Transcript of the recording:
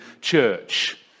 church